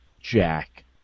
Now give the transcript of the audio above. Jack